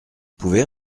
pouvez